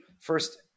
first